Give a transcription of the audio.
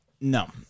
No